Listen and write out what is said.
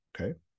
okay